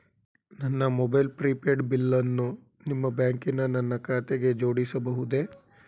ನನ್ನ mobile prepaid ಬಿಲ್ಲನ್ನು ನಿಮ್ಮ ಬ್ಯಾಂಕಿನ ನನ್ನ ಖಾತೆಗೆ ಜೋಡಿಸಬಹುದೇ?